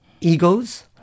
egos